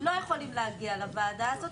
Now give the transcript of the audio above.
לא יכולים להגיע לוועדה הזאת,